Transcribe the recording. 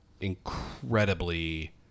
incredibly